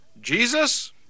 Jesus